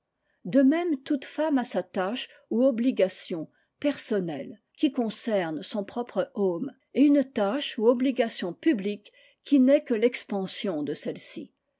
de même toute femme a sa tâche ou obligation personnelle qui concerne son propre home et une tâche ou obligation publique qui n'est que l'expansion de celle-ci